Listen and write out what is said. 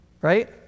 right